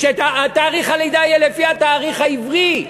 שתאריך הלידה יהיה לפי התאריך העברי,